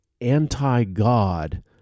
anti-God